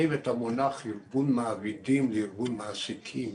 את המונח ארגון מעבידים לארגון מעסיקים.